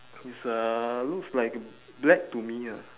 it's a looks like black to me ah